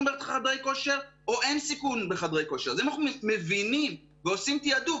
בחדרי כושר או אין סיכון בחדרי כושר ואז אנחנו מבינים ועושים תעדוף,